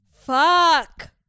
fuck